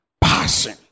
Passion